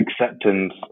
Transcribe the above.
acceptance